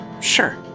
sure